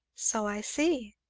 so i see.